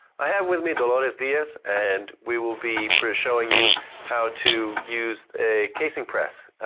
i have with me dolores diaz and we will be pre showing you how to use a casing press.